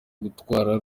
gutwara